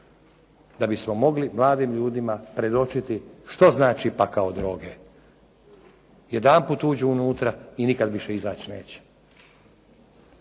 Da bismo mogli mladim ljudima predočiti što znači pakao droge, jedanput uđu unutra i nikad više izaći neće.